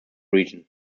region